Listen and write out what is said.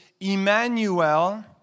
Emmanuel